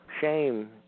shame